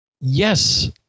Yes